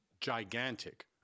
gigantic